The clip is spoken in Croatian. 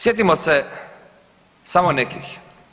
Sjetimo se samo nekih.